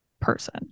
person